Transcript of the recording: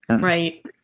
right